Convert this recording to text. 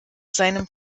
seinem